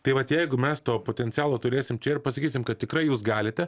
tai vat jeigu mes to potencialo turėsim čia ir pasakysim kad tikrai jūs galite